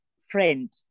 friend